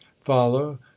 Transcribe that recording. follow